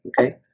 Okay